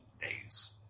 days